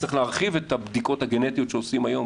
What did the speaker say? צריך להרחיב את הבדיקות הגנטיות שעושים היום,